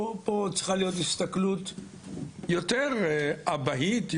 פה צריכה להיות הסתכלות יותר אבהית,